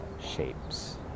Shapes